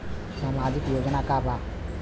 सामाजिक योजना का बा?